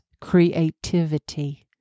creativity